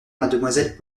mademoiselle